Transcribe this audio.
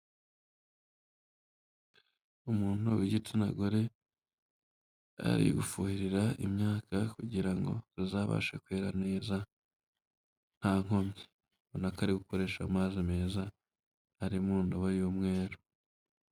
Umuntu w'igitsina gore ari gufuhirira imyaka kugira ngo izabashe kwera neza nta nkomyi. Urabona ko ari gukoresha amazi meza, ari mu ndobo y'umweru.